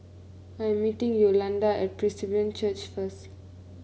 I am meeting Yolanda at Presbyterian Church first